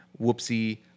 whoopsie